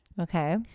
Okay